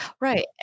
Right